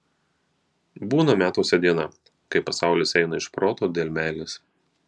būna metuose diena kai pasaulis eina iš proto dėl meilės